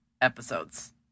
episodes